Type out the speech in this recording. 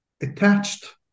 attached